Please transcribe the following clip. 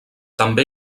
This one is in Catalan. també